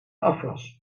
afwas